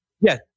Yes